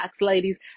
ladies